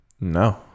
No